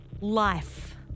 life